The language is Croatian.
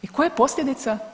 I koja je posljedica?